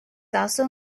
also